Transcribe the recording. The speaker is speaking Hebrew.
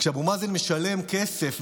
כשאבו מאזן משלם כסף,